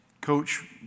Coach